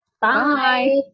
Bye